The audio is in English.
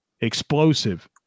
explosive